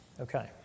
Okay